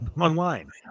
online